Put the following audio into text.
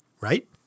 Right